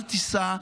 אל תיסע,